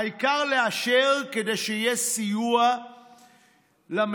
העיקר לאשר כדי שיהיה סיוע למשק.